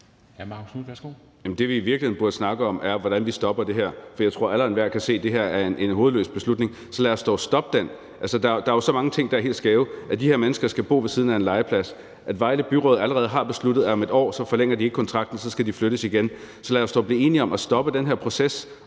Det, vi i virkeligheden burde snakke om, er, hvordan vi stopper det her, for jeg tror, at alle og enhver kan se, at det her er en hovedløs beslutning. Så lad os dog stoppe den. Der er jo så mange ting, der er helt skæve: at de her mennesker skal bo ved siden af en legeplads; at Vejle Byråd allerede har besluttet, at om et år forlænger de ikke kontrakten, så de skal flyttes igen. Så lad os dog blive enige om at stoppe den her proces